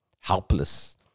helpless